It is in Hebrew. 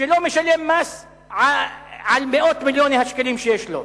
שלא משלם מס על מאות מיליוני השקלים שיש לו?